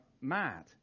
mad